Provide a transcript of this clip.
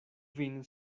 vin